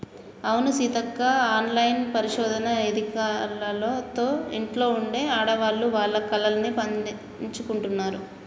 అవును సీతక్క ఆన్లైన్ పరిశోధన ఎదికలతో ఇంట్లో ఉండే ఆడవాళ్లు వాళ్ల కలల్ని పండించుకుంటున్నారు